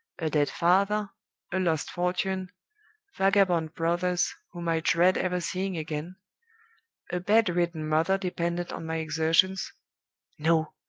a dead father a lost fortune vagabond brothers, whom i dread ever seeing again a bedridden mother dependent on my exertions no!